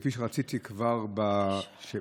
כפי שרציתי כבר בשאילתה,